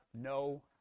no